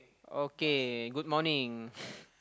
okay good morning